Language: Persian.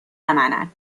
منن